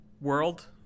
world